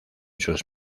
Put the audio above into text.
sus